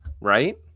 right